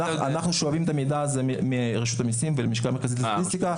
אנחנו שואבים את המידע הזה מרשות המיסים ומהלשכה המרכזית לסטטיסטיקה.